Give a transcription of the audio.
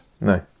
No